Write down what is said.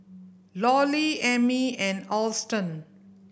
Lollie Emmy and Alston